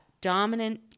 dominant